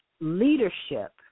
leadership